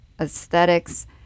aesthetics